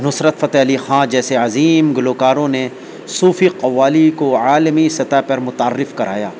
نصرت فتح علی خاں جیسے عظیم گلوکاروں نے صوفی قوالی کو عالمی سطح پر متعارف کرایا